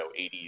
80s